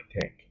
tank